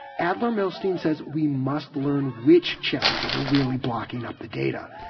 adler-milstein says we must learn which challenges are really blocking up the data.